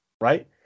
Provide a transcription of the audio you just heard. right